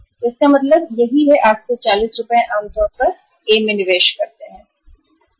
तो इसका मतलब यही है 840 रुपये आम तौर पर ए में निवेश करते हैं